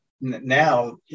Now